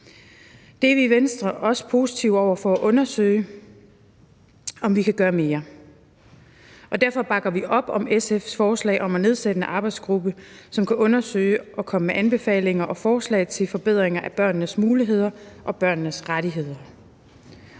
Vi er i Venstre også positive over for at undersøge, om vi kan gøre mere. Derfor bakker vi op om SF's forslag om at nedsætte en arbejdsgruppe, som kan undersøge og komme med anbefalinger og forslag til forbedringer af børnenes muligheder og børnenes rettigheder.